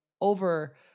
over-